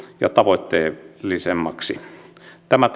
ja tavoitteellisemmaksi tämä